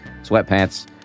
sweatpants